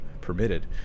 permitted